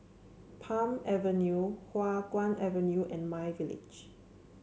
Palm Avenue Hua Guan Avenue and myVillage